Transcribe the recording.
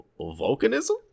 volcanism